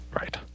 Right